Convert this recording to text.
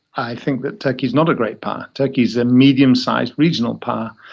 i think that turkey's not a great power. turkey's a medium-sized regional power.